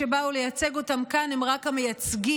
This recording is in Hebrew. אלה שבאו לייצג אותם כאן הם רק המייצגים,